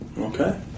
Okay